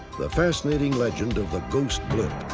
the fascinating legend of the ghost blimp.